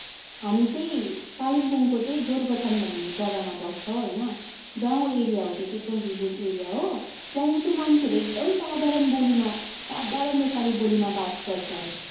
हामी चाहिँ कालिम्पोङको चाहिँ गोरूबथान भन्ने जग्गामा बस्छौँ होइन गाउँ एरिया हे त्यो चाहिँ एकदम भिलेज एरिया हो त्यहाँनिर चाहिँ मान्छेहरू एकदम साधारण बोलीमा साधारण नेपाली बोलीमा बात गर्छ